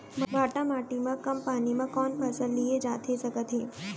भांठा माटी मा कम पानी मा कौन फसल लिए जाथे सकत हे?